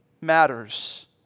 matters